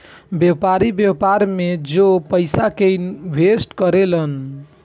व्यापारी, व्यापार में जो पयिसा के इनवेस्ट करे लन